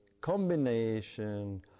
combination